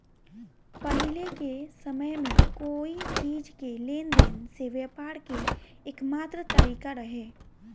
पाहिले के समय में कोई चीज़ के लेन देन से व्यापार के एकमात्र तारिका रहे